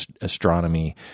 astronomy